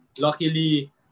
luckily